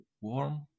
Warm